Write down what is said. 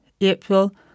April